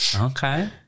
okay